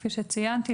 כפי שציינתי,